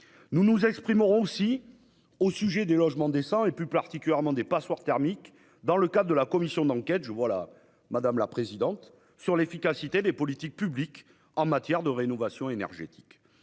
Nous nous exprimerons aussi au sujet des logements décents, plus particulièrement des passoires thermiques, dans le cadre de la commission d'enquête sur l'efficacité des politiques publiques en matière de rénovation énergétique.